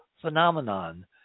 phenomenon